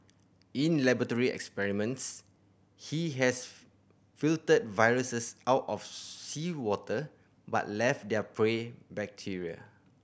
in laboratory experiments he has filtered viruses out of seawater but left their prey bacteria